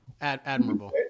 Admirable